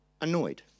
annoyed